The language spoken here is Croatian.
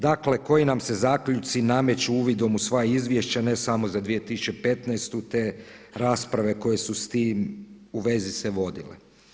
Dakle, koji nam se zaključci nameću uvidom u sva izvješća ne samo za 2015. te rasprave koje su s tim u vezi se vodile.